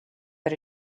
but